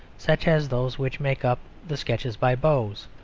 such as those which make up the sketches by boz.